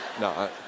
No